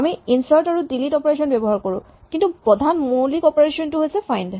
আমি ইনচাৰ্ট আৰু delete operation ব্যৱহাৰ কৰোঁ কিন্তু প্ৰধান মৌলিক অপাৰেচন টো হ'ল ফাইন্ড